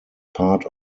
part